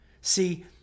See